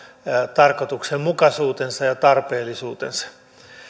tarkoituksenmukaisuutensa ja tarpeellisuutensa